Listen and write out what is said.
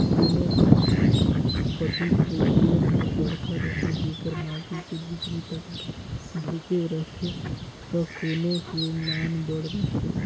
कोनों फसिल के जेर हर बड़खा रथे जेकर माटी के भीतरी तक ढूँके रहथे त कोनो के नानबड़ रहथे